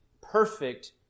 perfect